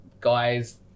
guys